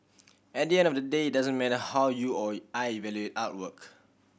at the end of the day it doesn't matter how you or I evaluate artwork